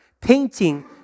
painting